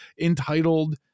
entitled